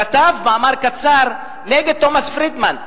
כתב מאמר קצר נגד תומס פרידמן.